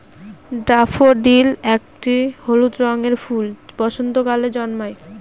daffodil একটি হলুদ রঙের ফুল বসন্তকালে জন্মায়